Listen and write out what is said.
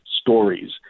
stories